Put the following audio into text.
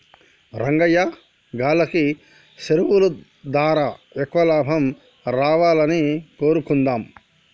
రంగయ్యా గాల్లకి సెరువులు దారా ఎక్కువ లాభం రావాలని కోరుకుందాం